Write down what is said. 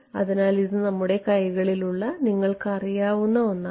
അതിനാൽ ഇത് നമ്മുടെ കൈകളിൽ ഉള്ള നിങ്ങൾക്ക് അറിയാവുന്ന ഒന്നാണ്